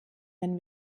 wenn